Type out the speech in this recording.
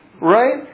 right